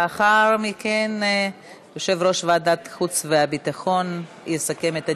לאחר מכן יושב-ראש ועדת החוץ והביטחון יסכם את הדיון.